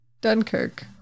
Dunkirk